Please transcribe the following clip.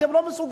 אתם לא מסוגלים.